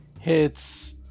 hits